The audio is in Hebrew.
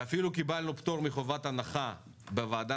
אפילו קיבלנו פטור מחובת הנחה בוועדה